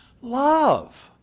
Love